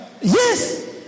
Yes